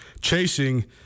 chasing